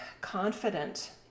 confident